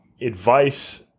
advice